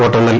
വോട്ടെണ്ണൽ